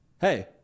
Hey